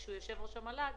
שהוא יושב-ראש המל"ג,